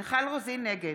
שמחה רוטמן, אינו נוכח